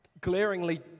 glaringly